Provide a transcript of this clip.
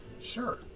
Sure